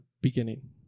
beginning